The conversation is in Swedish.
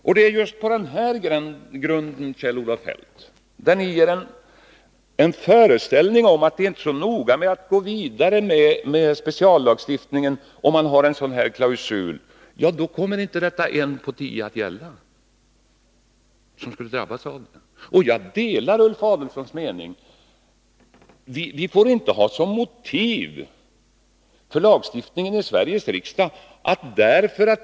Ni ger, Kjell-Olof Feldt, en föreställning om att det inte är så noga med att bygga ut speciallagstiftningen, om man har en sådan här klausul. Men då kommer inte en på tio, som Kjell-Olof Feldt sade, att drabbas av denna klausul. På den här punkten delar jag Ulf Adelsohns mening.